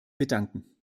bedanken